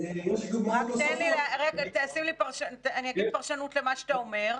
אני אגיד פרשנות למה שאתה אומר.